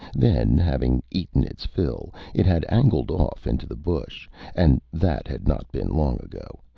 then, having eaten its fill, it had angled off into the bush and that had not been long ago,